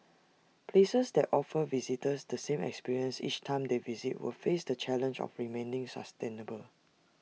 places that offer visitors the same experience each time they visit will face the challenge of remaining sustainable